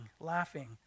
laughing